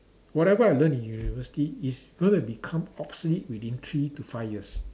whatever I learn in university is gonna become obsolete within three to five years